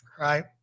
right